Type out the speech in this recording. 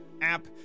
app